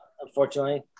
Unfortunately